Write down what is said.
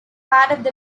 part